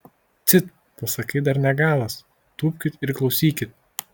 cit pasakai dar ne galas tūpkit ir klausykit